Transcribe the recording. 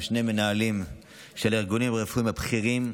שני מנהלים של הארגונים הרפואיים הבכירים,